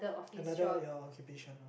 another ya occupation lah